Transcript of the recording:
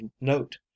note